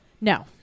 No